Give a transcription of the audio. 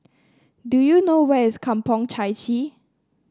do you know where is Kampong Chai Chee